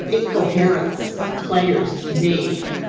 incoherence. players need,